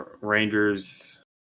Rangers